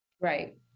Right